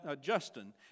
Justin